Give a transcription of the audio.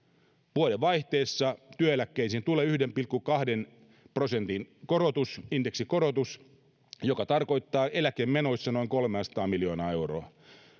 vuodenvaihteessa työeläkkeisiin tulee yhden pilkku kahden prosentin indeksikorotus joka tarkoittaa eläkemenoissa noin kolmeasataa miljoonaa euroa